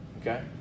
okay